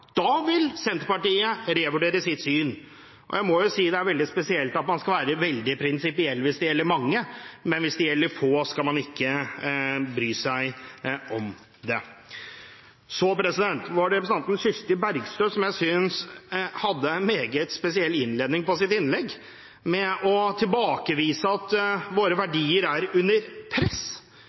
da vil Senterpartiet revurdere sitt syn. Det er veldig spesielt at man skal være veldig prinsipiell hvis det gjelder mange, men hvis det gjelder få, skal man ikke bry seg om det. Så var det representanten Kirsti Bergstø, som jeg synes hadde en meget spesiell innledning på sitt innlegg der hun tilbakeviste at våre verdier er under press.